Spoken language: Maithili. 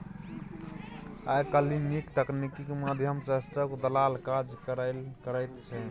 आय काल्हि नीक तकनीकीक माध्यम सँ स्टाक दलाल काज करल करैत छै